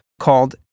called